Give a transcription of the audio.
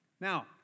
Now